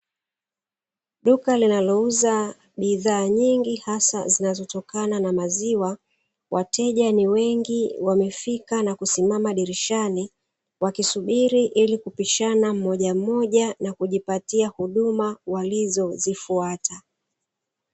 Duka linalouza bidhaa nyingi hasa zinazotokana na maziwa, wateja ni wengi wamefika na kusismama dirishani wakisubiri ili kupishana mmojammoja ili kujipatia huduma walizo zifuata.